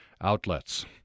outlets